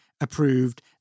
approved